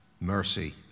Mercy